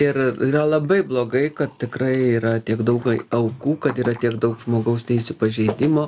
ir labai blogai kad tikrai yra tiek daug aukų kad yra tiek daug žmogaus teisių pažeidimo